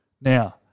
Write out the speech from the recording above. Now